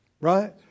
Right